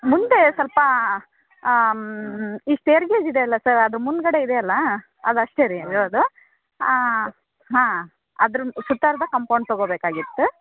ಮುಂದೆ ಸ್ವಲ್ಪ ಈ ಸ್ಟೇರ್ಗೇಜ್ ಇದೆ ಅಲ್ಲ ಸರ್ ಅದ್ರ ಮುಂದ್ಗಡೆ ಇದೆ ಅಲ್ಲಾ ಅದು ಅಷ್ಟೆ ರೀ ಇರೋದು ಹಾಂ ಅದ್ರ ಸುತ್ತರ್ದ ಕಂಪೌಂಡ್ ತಗೊಬೇಕಾಗಿತ್ತು